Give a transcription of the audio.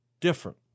different